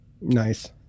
nice